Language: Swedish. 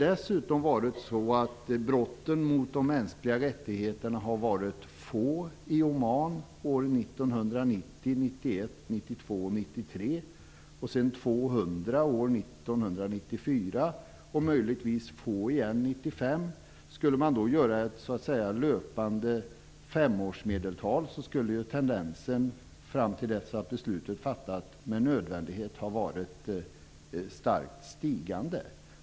Dessutom har brotten mot de mänskliga rättigheterna varit få under åren 1990-1993, 200 under 1994 och möjligtvis få igen 1995. Om man skulle göra ett femårsmedeltal skulle tendensen fram till dess att beslutet fattades med nödvändighet bli starkt stigande.